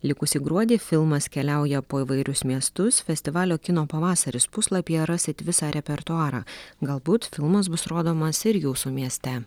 likusį gruodį filmas keliauja po įvairius miestus festivalio kino pavasaris puslapyje rasite visą repertuarą galbūt filmas bus rodomas ir jūsų mieste